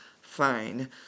fine